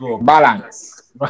Balance